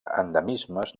endemismes